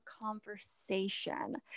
conversation